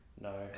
No